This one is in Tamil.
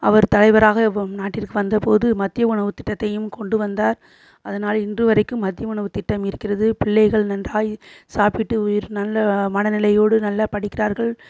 அவர் தலைவராக நாட்டிற்கு வந்துபோது மதிய உணவு திட்டத்தையும் கொண்டு வந்தார் அதனால் இன்று வரைக்கும் மதிய உணவு திட்டம் இருக்கிறது பிள்ளைகள் நன்றாய் சாப்பிட்டு உயிர் நல்ல மனநிலையோடு நல்ல படிக்கிறார்கள்